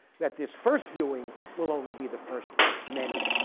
that this first viewing will only be the first of many.